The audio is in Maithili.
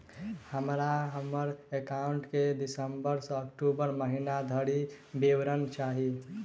हमरा हम्मर एकाउंट केँ सितम्बर सँ अक्टूबर महीना धरि विवरण चाहि?